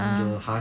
ya